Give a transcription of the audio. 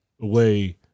away